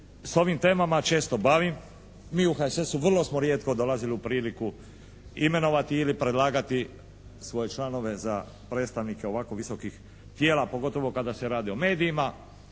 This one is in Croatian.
s ovim temama često bavim. Mi u HSS-u vrlo smo rijetko dolazili u priliku imenovati ili predlagati svoje članove za predstavnike ovako visokih tijela pogotovo kada se radi o medijima